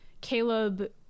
Caleb